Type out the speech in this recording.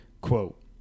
Quote